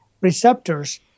receptors